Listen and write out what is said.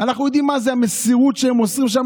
אנחנו יודעים מה זה המסירות שהם מוסרים שם